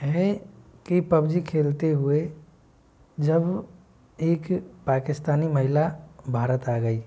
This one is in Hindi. है कि पबजी खेलते हुए जब एक पाकिस्तानी महिला भारत आ गई